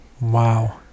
Wow